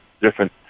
different